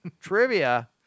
Trivia